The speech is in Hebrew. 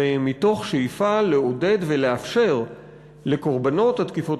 ומתוך שאיפה לעודד ולאפשר לקורבנות התקיפות